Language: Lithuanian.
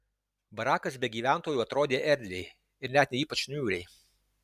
barakas be gyventojų atrodė erdviai ir net ne ypač niūriai